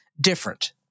different